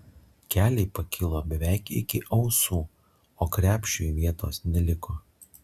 keliai pakilo beveik iki ausų o krepšiui vietos neliko